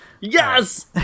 Yes